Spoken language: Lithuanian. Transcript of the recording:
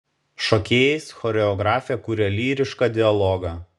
šokėjais choreografė kuria lyrišką dialogą